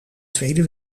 tweede